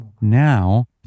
now